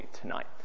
tonight